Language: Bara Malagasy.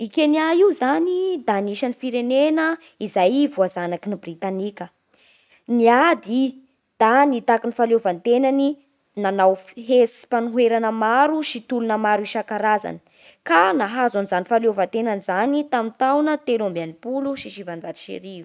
I Kenya io zany da anisan'ny firenena izay voazanaky ny Britanika. Niady da nitaky ny fahaleovan-tenany nanao fihetsi-panoherana maro sy tolona maro isankarazany ka nahazo an'izany fahaleovan-tenany zany tamin'ny taona telo amby enimpolo sy sivanjato sy arivo.